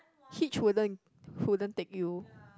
Hitch wouldn't wouldn't take you